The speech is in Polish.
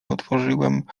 otworzyłem